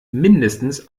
mindestens